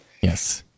Yes